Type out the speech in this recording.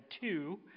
two